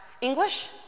English